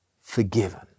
forgiven